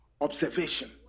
observation